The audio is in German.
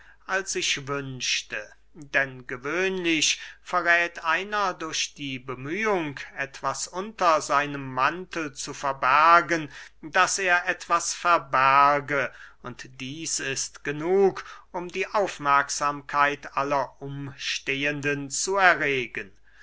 als ich wünschte denn gewöhnlich verräth einer durch die bemühung etwas unter seinem mantel zu verbergen daß er etwas verberge und dieß ist genug um die aufmerksamkeit aller umstehenden zu erregen